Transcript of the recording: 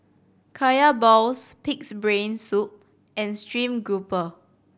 Kaya balls Pig's Brain Soup and stream grouper